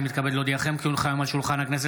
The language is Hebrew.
אני מתכבד להודיעכם כי הונחו היום על שולחן הכנסת,